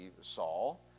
Saul